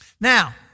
Now